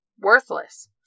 worthless